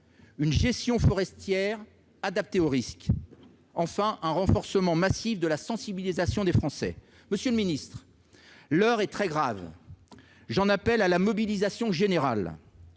une gestion forestière adaptée au risque et le renforcement massif de la sensibilisation des Français à cette question. Madame la ministre, l'heure est très grave ; j'en appelle à la mobilisation générale